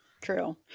true